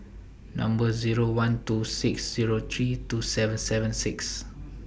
Number Zero one two six Zero three two seven seven six